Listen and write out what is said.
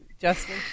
Justin